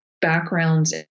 backgrounds